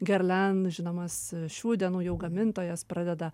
gerlen žinomas šių dienų jau gamintojas pradeda